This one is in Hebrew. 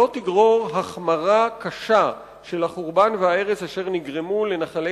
לא יגררו החמרה קשה של החורבן וההרס אשר נגרמו לנחלי